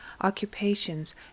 occupations